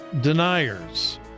deniers